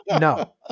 No